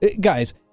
Guys